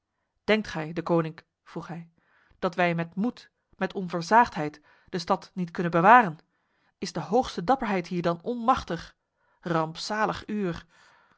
denkt gij deconinck vroeg hij dat wij met moed met onversaagdheid de stad niet kunnen bewaren is de hoogste dapperheid hier dan onmachtig rampzalig uur